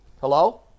hello